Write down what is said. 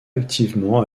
activement